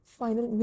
final